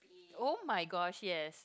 oh-my-gosh yes